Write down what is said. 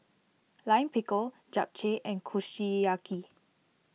Lime Pickle Japchae and Kushiyaki